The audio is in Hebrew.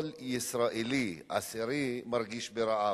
כל ישראלי עשירי מרגיש רעב.